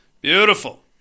Beautiful